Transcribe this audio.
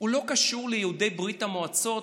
לא קשורים ליהודי ברית המועצות,